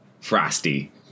frosty